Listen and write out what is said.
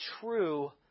true